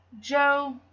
Joe